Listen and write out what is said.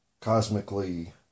cosmically